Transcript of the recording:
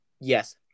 Yes